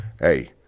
Hey